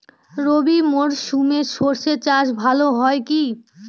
রবি মরশুমে সর্ষে চাস ভালো হয় কি?